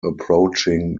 approaching